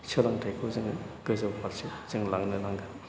सोलोंथाइखौ जोङो गोजौफारसे जों लांनो नांगोन